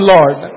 Lord